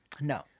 No